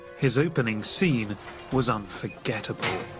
his opening scene was unforgettable